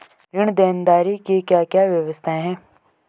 ऋण देनदारी की क्या क्या व्यवस्थाएँ हैं?